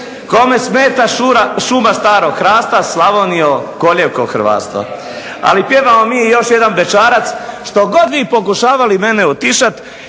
kome smeta šuma starog hrasta, Slavonijo kolijevko hrvatstva. Ali pjevamo mi i još jedan bećarac što god vi pokušavali mene utišat.